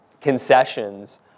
concessions